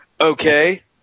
Okay